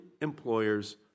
employers